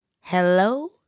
Hello